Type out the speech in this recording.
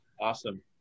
Awesome